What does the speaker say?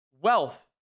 Wealth